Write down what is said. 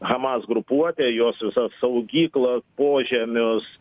hamas grupuotę jos visas saugyklas požemius